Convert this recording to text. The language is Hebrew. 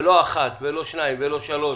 ולא אחת, ולא שתיים, ולא שלוש,